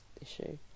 issue